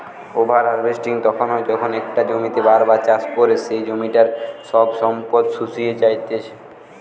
over harvesting তখন হয় যখন একটা জমিতেই বার বার চাষ করে সেই জমিটার সব সম্পদ শুষিয়ে জাত্ছে